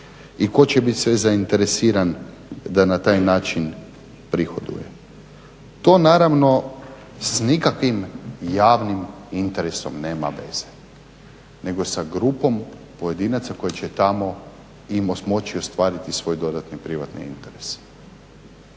i tko će sve biti zainteresiran da na taj način prihoduje. To naravno s nikakvim javnim interesom nema veze, nego sa grupom pojedinaca koje će tamo moći i ostvariti i svoj dodatni privatni interes.